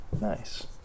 Nice